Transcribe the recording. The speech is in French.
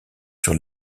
sur